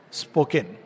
spoken